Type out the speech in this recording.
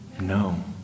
No